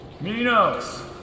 Minos